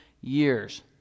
years